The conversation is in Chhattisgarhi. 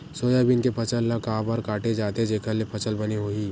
सोयाबीन के फसल ल काबर काटे जाथे जेखर ले फसल बने होही?